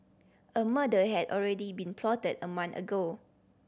a murder had already been plotted a month ago